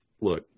look